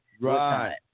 Right